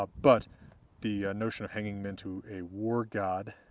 ah but the notion of hanging men to a war god